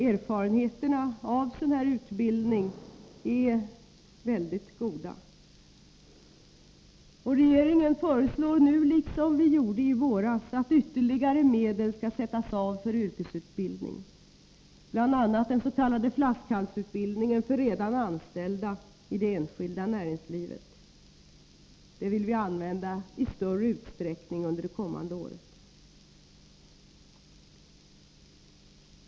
Erfarenheterna av sådan utbildning är mycket goda. Regeringen föreslår nu, liksom vi gjorde i våras, att ytterligare medel skall sättas av för yrkesutbildning — bl.a. för den s.k. flaskhalsutbildningen för redan anställda i det enskilda näringslivet. Detta vill vi använda i större utsträckning under det kommande året.